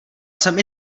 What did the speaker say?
jsem